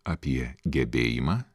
apie gebėjimą